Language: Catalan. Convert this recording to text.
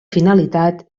finalitat